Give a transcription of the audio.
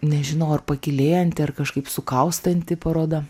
nežinau ar pakylėjanti ar kažkaip su kaustanti paroda